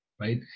right